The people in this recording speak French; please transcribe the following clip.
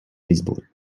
baseball